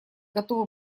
готовы